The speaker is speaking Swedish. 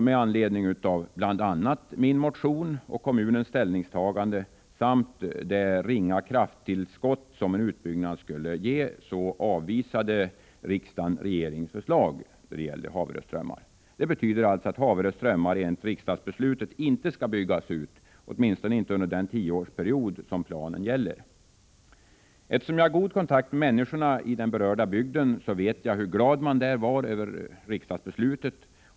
Med anledning av bl.a. min motion och kommunens ställningstagande samt det ringa krafttillskott en utbyggnad skulle ge avvisade riksdagen regeringsförslaget. Haverö strömmar skall alltså enligt riksdagsbeslutet inte byggas ut, åtminstone inte under den tioårsperiod planen gäller. Eftersom jag har god kontakt med människorna i den berörda bygden vet jag hur glad man där var över riksdagsbeslutet.